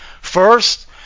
First